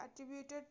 attributed